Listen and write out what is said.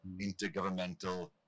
intergovernmental